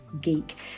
geek